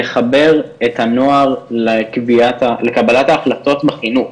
לחבר את הנוער לקבלת ההחלטות בחינוך